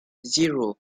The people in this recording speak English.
zero